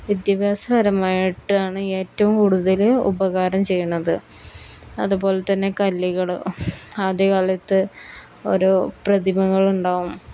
വിദ്യാഭ്യാസപരമായിട്ടാണ് ഏറ്റവും കൂടുതൽ ഉപകാരം ചെയ്യുന്നത് അതുപോലെതന്നെ കല്ലുകൾ ആദ്യ കാലത്ത് ഓരോ പ്രതിമകളുണ്ടാകും